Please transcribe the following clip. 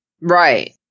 Right